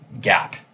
gap